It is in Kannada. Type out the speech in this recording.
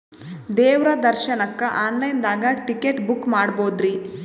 ದೇವ್ರ ದರ್ಶನಕ್ಕ ಆನ್ ಲೈನ್ ದಾಗ ಟಿಕೆಟ ಬುಕ್ಕ ಮಾಡ್ಬೊದ್ರಿ?